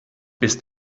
bis